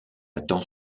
attend